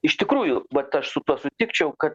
iš tikrųjų vat aš su tuo sutikčiau kad